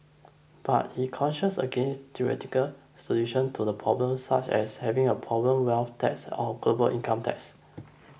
but he cautioned against theoretical solution to the problem such as having a problem wealth tax or global income tax